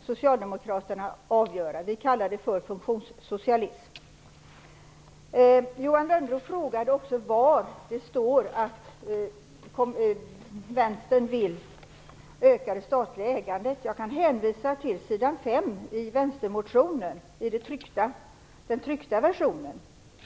socialdemokraterna avgöra. Vi kallar det för funktionssocialism. Johan Lönnroth frågade också var det står att Vänstern vill öka det statliga ägandet. Jag kan hänvisa till s. 5 i den tryckta versionen av vänstermotionen.